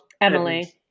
Emily